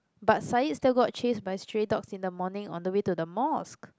but Sayaet still got chased by stray dogs in the morning on the way to the mosque